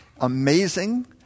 amazing